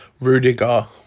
Rudiger